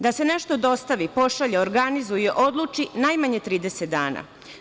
Da se nešto dostavi, pošalje, organizuje, odluči, najmanje je 30 dana.